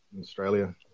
Australia